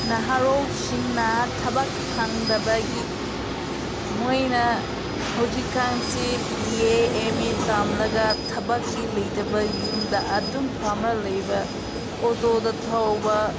ꯅꯍꯥꯔꯣꯜꯁꯤꯡꯅ ꯊꯕꯛ ꯐꯪꯗꯕꯒꯤ ꯃꯣꯏꯅ ꯍꯧꯖꯤꯛꯀꯥꯟꯁꯤ ꯕꯤ ꯑꯦ ꯑꯦꯝ ꯃꯦ ꯇꯝꯂꯒ ꯊꯕꯛꯇꯤ ꯂꯩꯇꯕ ꯌꯨꯝꯗ ꯑꯗꯨꯝ ꯐꯝꯂ ꯂꯩꯕ ꯑꯣꯇꯣꯗ ꯊꯧꯕ